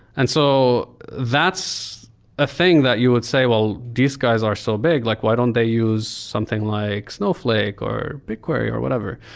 and so that's a thing that you would say, well, these guys are so big. like why don't they use something like snowflake or bigquery or whatever?